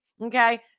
okay